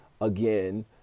again